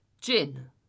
Gin